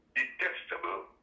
detestable